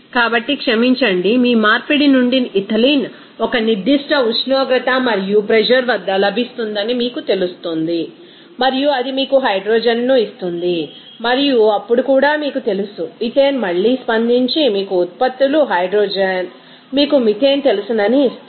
కాబట్టి క్షమించండి మీ మార్పిడి నుండి ఇథిలీన్ ఒక నిర్దిష్ట ఉష్ణోగ్రత మరియుప్రెషర్ వద్ద లభిస్తుందని మీకు తెలుస్తుంది మరియు అది మీకు హైడ్రోజన్ను ఇస్తుంది మరియు అప్పుడు కూడా మీకు తెలుసు ఈథేన్ మళ్లీ స్పందించి మీకు ఉత్పత్తులు హైడ్రోజన్ మీకు మీథేన్ తెలుసని ఇస్తుంది